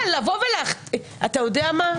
אתה יודע מה?